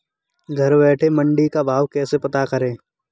घर बैठे मंडी का भाव कैसे पता करें?